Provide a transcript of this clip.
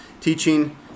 teaching